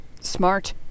smart